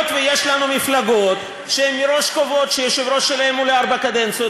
והיות שיש לנו מפלגות שמראש קובעות שהיושב-ראש שלהן הוא לארבע קדנציות,